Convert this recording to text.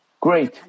great